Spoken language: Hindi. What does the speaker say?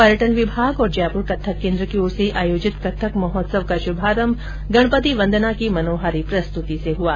पर्यटन विभाग और जयपुर कथक केन्द्र की ओर से आयोजित कथक महोत्सव का श्रभारम्भ गणपति वन्दना की मनोहारी प्रस्तूति से हुआ